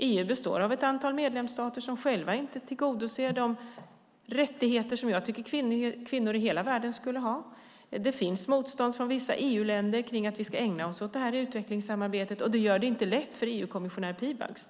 EU består av ett antal medlemsstater som själva inte tillgodoser de rättigheter som jag tycker att kvinnor i hela världen skulle ha. Det finns motstånd från vissa EU-länder mot att vi ska ägna oss åt det här utvecklingssamarbetet. Det gör det inte lätt för EU-kommissionär Piebalgs.